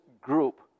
group